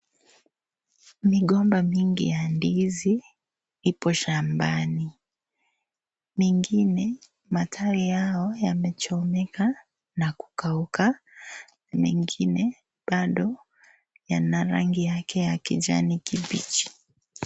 Migomba mingi ya ndizi ipo shambani, mingine matawi yao yamechomeka na kukauka, mingine bado yana rangi yake ya kijani kibichi.